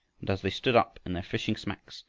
and as they stood up in their fishing-smacks,